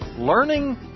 Learning